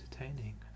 entertaining